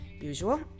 usual